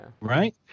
Right